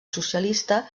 socialista